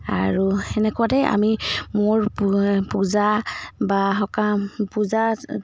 আৰু তেনেকুৱাতেই আমি মোৰ পূ পূজা বা সকাম পূজা